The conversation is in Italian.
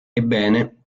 ebbene